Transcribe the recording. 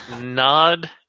Nod